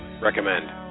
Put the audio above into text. Recommend